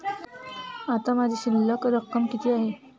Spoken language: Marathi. आता माझी शिल्लक रक्कम किती आहे?